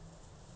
!huh!